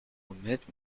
womit